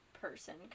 person